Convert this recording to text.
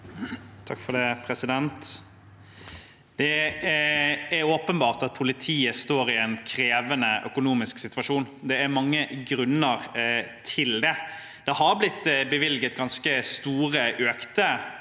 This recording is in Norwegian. Unneland (SV) Det er åpenbart at politiet står i en krevende økonomisk situasjon. Det er mange grunner til det. Det har blitt bevilget ganske store økte